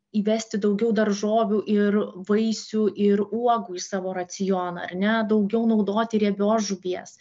įvesti daugiau daržovių ir vaisių ir uogų į savo racioną ar ne daugiau naudoti riebios žuvies